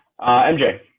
MJ